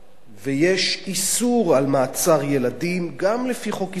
ויש איסור על מעצר ילדים גם לפי חוק ישראלי,